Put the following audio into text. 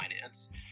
finance